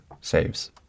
saves